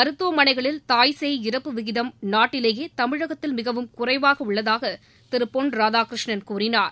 மருத்துவமனைகளில் தாய்சேய் இறப்பு விகிதம் நாட்டிலேயே தமிழகத்தில் மிகவும் குறைவாக உள்ளதாக திரு பொன் ராதாகிருஷ்ணன் கூறினார்